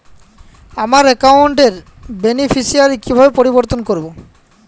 আমার অ্যাকাউন্ট র বেনিফিসিয়ারি কিভাবে পরিবর্তন করবো?